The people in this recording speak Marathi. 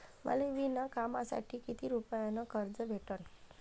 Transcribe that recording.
मले विणकामासाठी किती रुपयानं कर्ज भेटन?